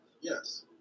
Yes